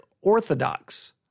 Orthodox